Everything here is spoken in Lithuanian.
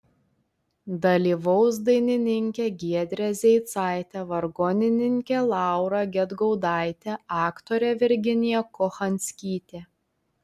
dalyvaus dainininkė giedrė zeicaitė vargonininkė laura gedgaudaitė aktorė virginija kochanskytė